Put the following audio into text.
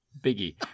biggie